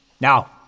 Now